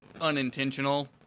unintentional